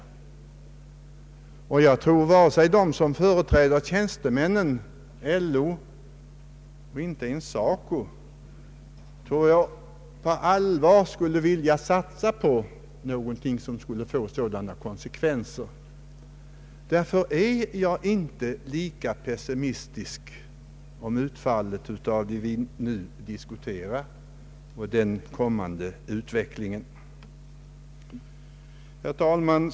Jag tror att varken de som företräder tjänstemännen, LO eller ens SACO på allvar skulle vilja satsa på någonting som kunde få sådana konsekvenser. Därför är jag inte lika pessimistisk som herr Brundin beträffande utfallet av det vi nu diskuterar och den kommande utvecklingen. Herr talman!